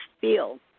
feel